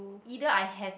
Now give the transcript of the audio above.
either I have